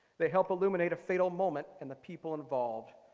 they help illuminate a fatal moment and the people involved